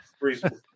Reasonable